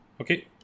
Okay